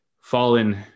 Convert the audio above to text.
fallen